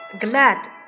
glad